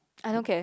I don't care